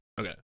Okay